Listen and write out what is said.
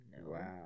Wow